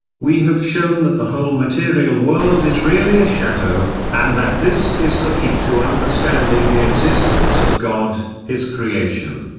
we have shown that the whole material world is really a shadow, and that this is the key to understanding the existence of god, his creation,